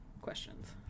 Questions